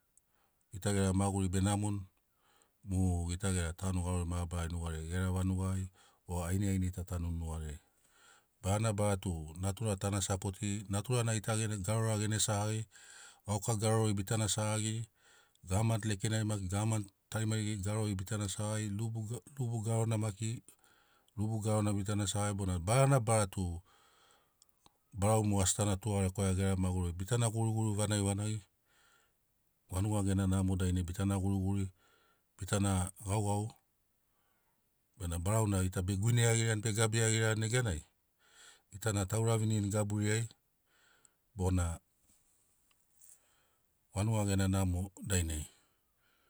Gita gera maguri be namoni mo gera tanu garori mabarari nugariai gera vanugai o ainai ainai ta tanuni nugariai barana bara tu natura tana sapotiri natura gita gene garora gene segagiri gauka garori bitana segagiri. Gavamani lekenai maki gavamani tarimari geri garori bitana segagiri lubu ga lubu garona maki lubu garona maki bitana segagia baranabara tu barau mogo asi tana tugalekwaia gera maguriai. Bitana guriguri vanagivanagi vanuga gena namo dainai bitana guriguri bitana gaugau benamo barau na guine iagirani be gabiragirani neganai gitana ta uravinirini gaburiai bona vanuga gena namo dainai.